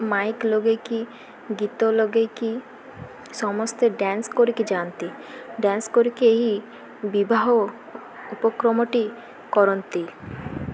Mike ଲଗେଇକି ଗୀତ ଲଗେଇକି ସମସ୍ତେ ଡ଼୍ୟାନ୍ସ କରିକି ଯାଆନ୍ତି ଡ଼୍ୟାନ୍ସ କରିକି ଏହି ବିବାହ ଉପକ୍ରମଟି କରନ୍ତି